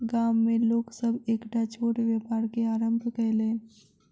गाम में लोक सभ एकटा छोट व्यापार के आरम्भ कयलैन